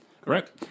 correct